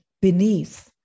beneath